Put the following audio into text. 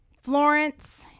Florence